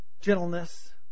gentleness